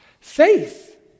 Faith